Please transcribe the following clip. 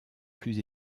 plus